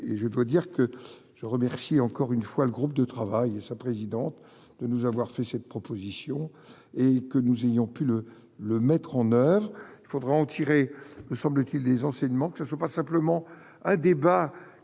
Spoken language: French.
et je dois dire que je remercie encore une fois, le groupe de travail et sa présidente, de nous avoir fait cette proposition et que nous ayons pu le le mettre en oeuvre. Il faudra en tirer, nous semble-t-il des enseignements que ce ne soit pas simplement un débat